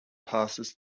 passes